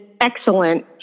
excellent